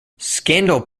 scandal